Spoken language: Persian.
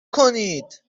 کنید